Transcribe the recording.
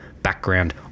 Background